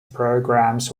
programs